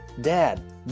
Dad